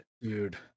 dude